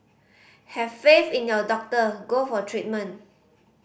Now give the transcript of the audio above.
have faith in your doctor go for treatment